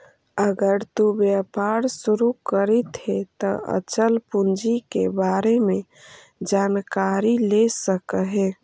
अगर तु व्यापार शुरू करित हे त अचल पूंजी के बारे में जानकारी ले सकऽ हे